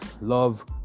Love